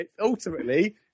Ultimately